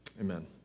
Amen